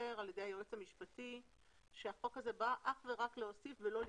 ידי היועץ המשפטי שהמצב המשפטי שהחוק הזה בא אך ורק להוסיף ולא לגרוע.